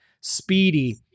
speedy